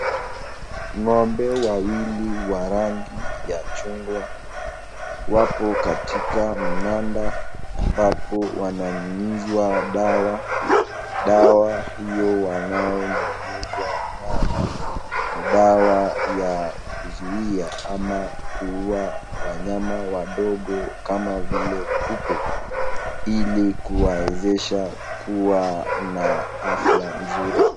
Ng'ombe wawili wa rangi ya chungwa wapo katika mnanda ambapo wananyunyizwa dawa. Dawa hiyo wanaonyunyizwa nayo ni dawa ya kuzuia ama kuua wanyama wadogo kama vile kupe, ili kuwaezesha kuwa na afya nzuri.